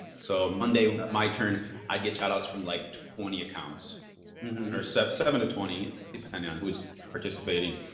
so monday my turn i'd get shout outs from like twenty accounts or set seven to twenty, depending on who is participating.